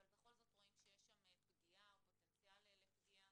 אבל בכל זאת אנחנו רואים שיש פוטנציאל לפגיעה,